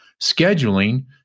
scheduling